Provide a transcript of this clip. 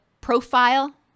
profile